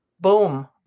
Boom